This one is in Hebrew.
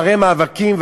אחרי מאבקים,